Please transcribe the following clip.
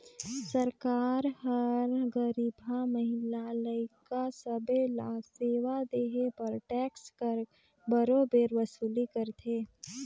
सरकार हर गरीबहा, महिला, लइका सब्बे ल सेवा देहे बर टेक्स कर बरोबेर वसूली करथे